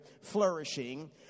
flourishing